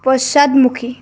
পশ্চাদমুখী